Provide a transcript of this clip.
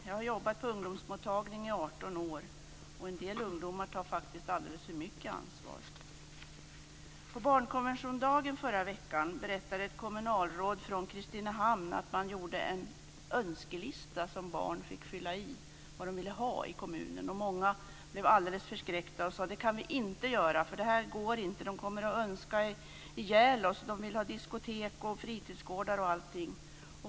Jag har jobbat på ungdomsmottagning i 18 år. En del ungdomar tar faktiskt alldeles för mycket ansvar. På barnkonventionsdagen förra veckan berättade ett kommunalråd från Kristinehamn att man gjorde en önskelista där barn fick fylla i vad de ville ha i kommunen. Många blev alldeles förskräckta och sade att det kan vi inte göra. Det går inte. De kommer att önska ihjäl oss. De vill ha diskotek, fritidsgårdar och allting.